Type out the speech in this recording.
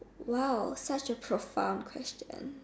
!wow! such a profound question